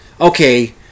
Okay